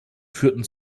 führten